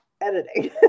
editing